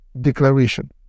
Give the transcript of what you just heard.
declaration